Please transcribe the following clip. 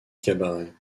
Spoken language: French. cabaret